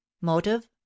motive